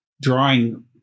Drawing